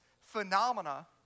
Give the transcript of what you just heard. phenomena